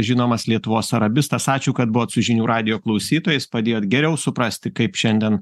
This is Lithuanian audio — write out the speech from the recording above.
žinomas lietuvos arabistas ačiū kad buvot su žinių radijo klausytojais padėjot geriau suprasti kaip šiandien